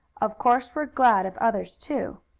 of course we're glad of others, too.